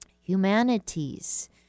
Humanities